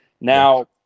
Now